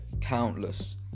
Countless